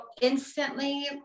instantly